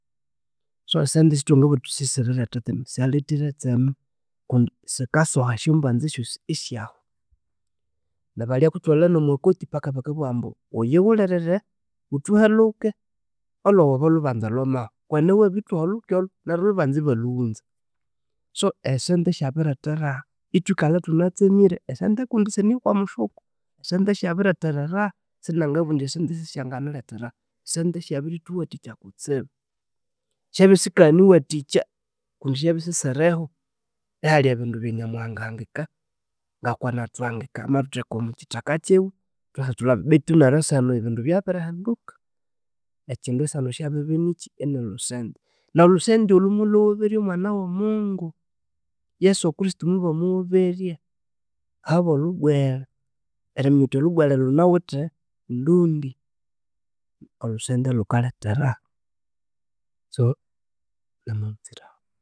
﻿So asente sithwangabuwa thuthi sisirilyetha etseme, syalethire etseme sikasowa esyombanza syosi esyahwa. Nabalyakuthwalha nomo court paka bakabuwa ambu wuyiwulhulire wuthuhe lhuke olhwawu obolhubanza lhwamawa kwenene wabirithuha olhuke olho olhubanza ibalhuwunza. So esente syabiretha eraha ithwikala ithunatsemire esente kundi sinakomufuku sente syabiriretha eraha sinangabuwa indi sente sisyanganiritha eraha, sente syabirithuwathika kutsibu syabya sikaghana eriwathikya kundi syabya sisiriho ihalhi ebindu ebyanyamuhanga ahangika, ngwakwanathuhangika amathutheka omwa kyithaka kyiwe thwasethulhabye bethu neryo seheno ebindu byabirihenduka ekindu saheno kyabiribya niki inilhusente. Nolhusente olhu mulwawoberya omwana wumungu yesu kuristo mubamuwoberya ahabolhubwele eriminya wuthi olhubwele lhunawithe ndundi. Olhusente lhukaletheraha so namawunziraho